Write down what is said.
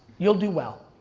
you'll do well.